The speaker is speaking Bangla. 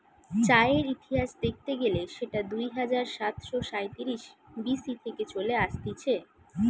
চায়ের ইতিহাস দেখতে গেলে সেটা দুই হাজার সাতশ সাইতিরিশ বি.সি থেকে চলে আসতিছে